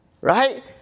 Right